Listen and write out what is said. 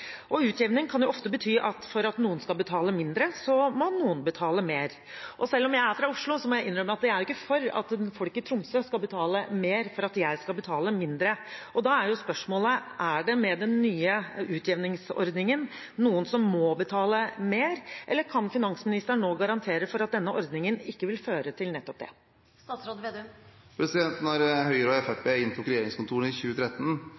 Utjevning kan jo ofte bety at for at noen skal betale mindre, må noen betale mer. Selv om jeg er fra Oslo, må jeg innrømme at jeg ikke er for at folk i Tromsø skal betale mer for at jeg skal betale mindre. Da er spørsmålet: Er det med den nye utjevningsordningen noen som må betale mer, eller kan finansministeren nå garantere at denne ordningen ikke vil føre til nettopp det? Da Høyre og Fremskrittspartiet inntok regjeringskontorene i 2013,